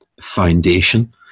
foundation